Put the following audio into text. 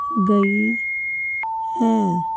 ਗਈ ਹੈ